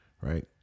Right